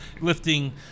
lifting